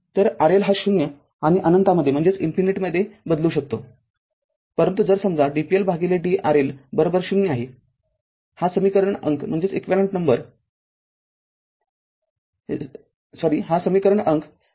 तर RL हा ० आणि अनंतामध्ये बदलू शकतो परंतु जर समजा d p L भागिले d RL ० आहे हा समीकरण अंक १६ दिला आहे